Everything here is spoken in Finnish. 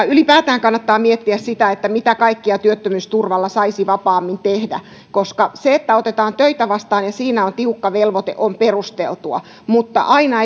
ylipäätään kannattaa miettiä sitä mitä kaikkea työttömyysturvalla saisi vapaammin tehdä koska se että otetaan töitä vastaan ja siinä on tiukka velvoite on perusteltua mutta aina